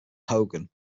hogan